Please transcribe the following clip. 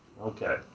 Okay